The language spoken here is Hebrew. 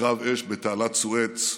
בקרב אש בתעלת סואץ,